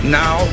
now